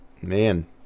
man